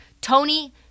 Tony